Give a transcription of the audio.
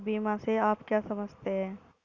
बीमा से आप क्या समझते हैं?